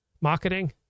Marketing